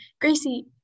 Gracie